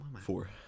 Four